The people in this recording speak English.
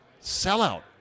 Sellout